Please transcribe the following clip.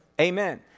Amen